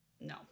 No